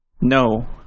No